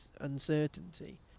uncertainty